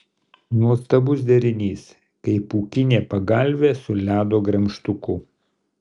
nuostabus derinys kaip pūkinė pagalvė su ledo gremžtuku